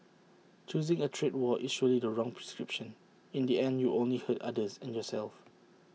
choosing A trade war is surely the wrong prescription in the end you will only hurt others and yourself